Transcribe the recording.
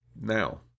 Now